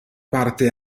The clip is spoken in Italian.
parte